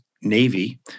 Navy